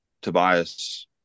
Tobias